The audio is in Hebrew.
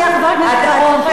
את לא חייבת לענות לו,